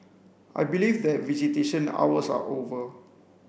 i believe that visitation hours are over